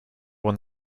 one